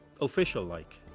official-like